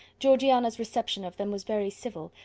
georgiana's reception of them was very civil,